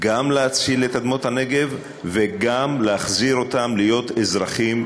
גם להציל את אדמות הנגב וגם להחזיר אותם להיות אזרחים.